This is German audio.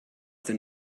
denn